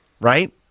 right